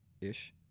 Ish